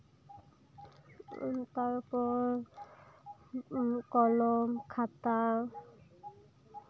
ᱛᱟᱨᱯᱚᱨ ᱠᱚᱞᱚᱢ ᱠᱷᱟᱛᱟ